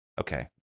Okay